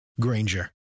Granger